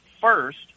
first